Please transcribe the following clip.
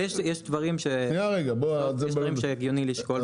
יש דברים שהגיוני לשקול.